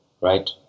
right